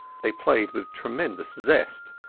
they played with tremendous zest,